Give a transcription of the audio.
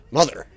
Mother